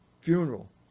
funeral